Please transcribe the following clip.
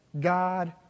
God